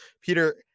Peter